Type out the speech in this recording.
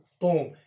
Boom